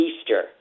Easter